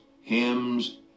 hymns